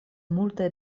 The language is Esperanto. multaj